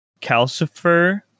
Calcifer